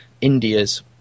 India's